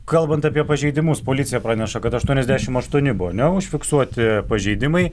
kalbant apie pažeidimus policija praneša kad aštuoniasdešimt aštuoni buvo ar ne užfiksuoti pažeidimai